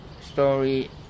story